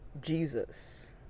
Jesus